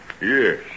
Yes